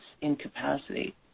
incapacity